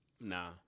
Nah